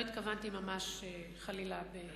לא התכוונתי ממש הרג.